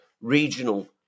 regional